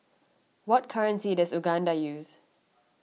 what currency does Uganda use